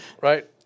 right